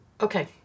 okay